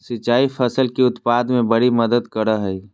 सिंचाई फसल के उत्पाद में बड़ी मदद करो हइ